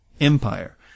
empire